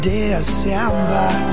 December